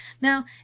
Now